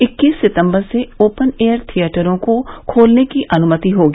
इक्कीस सितंबर से ओपन एयर थिएटरों को खोलने की अनुमति होगी